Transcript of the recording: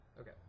Okay